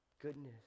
goodness